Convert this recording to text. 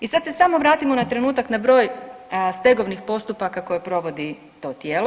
I sad se samo vratimo na trenutak na broj stegovnih postupaka koje provodi to tijelo.